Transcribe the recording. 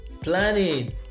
Planning